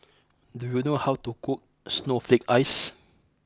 do you know how to cook Snowflake Ice